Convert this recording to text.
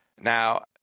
now